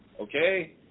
Okay